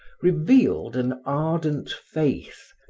revealed an ardent faith,